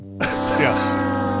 Yes